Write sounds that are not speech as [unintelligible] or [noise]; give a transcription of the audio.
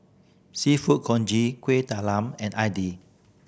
Seafood Congee Kuih Talam and [unintelligible]